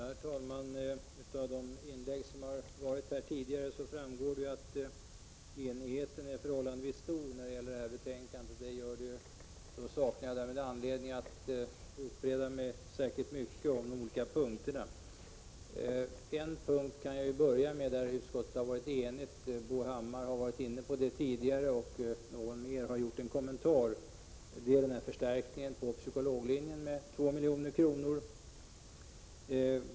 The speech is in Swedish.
Herr talman! Av de inlägg som gjorts här tidigare framgår att enigheten är förhållandevis stor när det gäller det här betänkandet. Jag saknar då anledning att utbreda mig särskilt mycket om de olika punkterna. Jag börjar med en punkt som Bo Hammar har varit inne på och som även andra talare kommenterat, nämligen förstärkningen på psykologlinjen med 2 milj.kr.